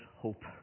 hope